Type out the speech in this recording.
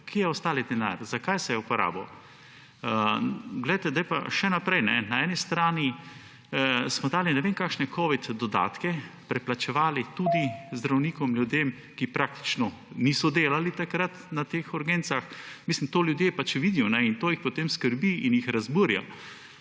Kje je preostali denar? Zakaj se je uporabil? Zdaj pa še naprej. Na eni strani smo dali ne vem kakšne covid dodatke, preplačevali tudi zdravnike, ljudi, ki praktično niso delali takrat na teh urgencah. To ljudje pač vidijo in to jih potem skrbi in jih razburja.